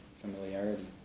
familiarity